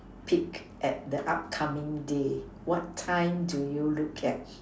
peek at the upcoming day what time do you look at